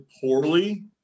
poorly